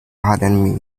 pardon